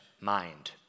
mind